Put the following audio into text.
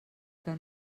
que